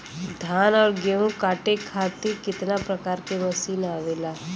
धान और गेहूँ कांटे खातीर कितना प्रकार के मशीन आवेला?